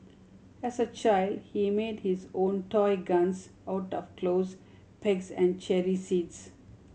as a child he made his own toy guns out of clothes pegs and cherry seeds